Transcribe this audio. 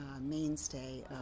mainstay